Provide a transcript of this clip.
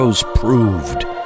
proved